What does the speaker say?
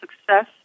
success